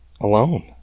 alone